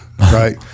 right